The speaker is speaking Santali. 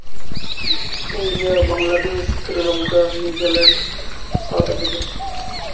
India Bangladesh Sri Lanka New Zealand South Africa